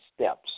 steps